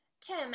Tim